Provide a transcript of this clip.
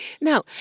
Now